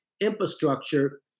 infrastructure